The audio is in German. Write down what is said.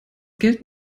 geld